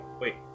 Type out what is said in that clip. wait